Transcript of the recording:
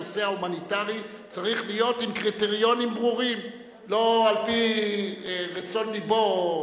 הנושא ההומניטרי צריך להיות עם קריטריונים ברורים ולא על-פי רצון לבו,